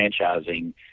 franchising